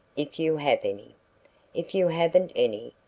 if you have any. if you haven't any,